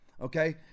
Okay